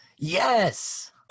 Yes